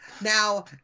Now